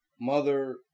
Mother